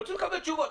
ורוצים לקבל תשובות.